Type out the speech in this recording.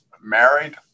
married